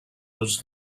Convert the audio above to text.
was